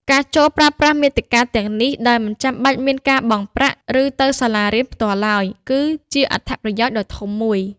ការចូលប្រើប្រាស់មាតិកាទាំងនេះ ដោយមិនចាំបាច់មានការបង់ប្រាក់ ឬទៅសាលារៀនផ្ទាល់ឡើយ គឺជាអត្ថប្រយោជន៍ដ៏ធំមួយ។